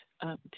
up